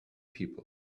people